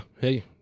hey